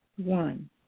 One